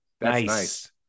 nice